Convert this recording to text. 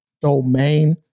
domain